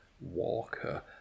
Walker